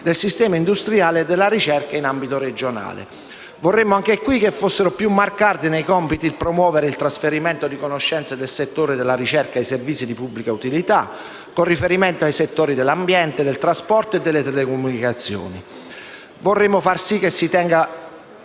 del sistema industriale e della ricerca in ambito regionale. Vorremmo anche qui che, nei compiti, fosse più marcato, il fatto di promuovere il trasferimento di conoscenze dal settore della ricerca ai servizi di pubblica utilità, con riferimento ai settori dell'ambiente, del trasporto e delle telecomunicazioni. Vorremmo far sì che venga